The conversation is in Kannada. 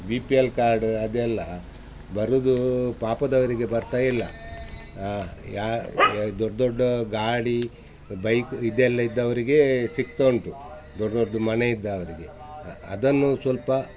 ಬಿ ಪಿ ಎಲ್ ಕಾರ್ಡ ಅದೆಲ್ಲ ಬರುವುದು ಪಾಪದವರಿಗೆ ಬರ್ತಾ ಇಲ್ಲ ಹಾಂ ಯಾ ಈಗ ದೊಡ್ಡ ದೊಡ್ಡ ಗಾಡಿ ಬೈಕ್ ಇದೆಲ್ಲ ಇದ್ದವರಿಗೆ ಸಿಗ್ತಾ ಉಂಟು ದೊಡ್ಡ ದೊಡ್ದು ಮನೆ ಇದ್ದವರಿಗೆ ಅದನ್ನು ಸ್ವಲ್ಪ